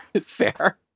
Fair